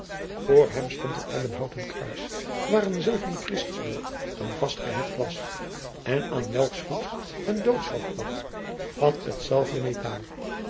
voor hem stond een ebbenhouten kruis waar een zilveren christusbeeld aan vast gehecht was en aan welks voet een doodshoofd lag van hetzelfde metaal